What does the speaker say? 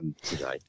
today